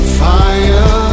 fire